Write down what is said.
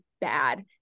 bad